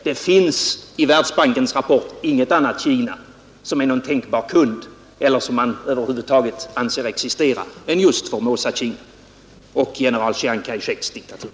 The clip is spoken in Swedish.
Det finns i Världsbankens rapport inget annat Kina som tänkbar kund eller som man över huvud taget anser existera än just Formosa-Kina, general Chiang Kai-sheks diktatur.